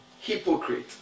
hypocrite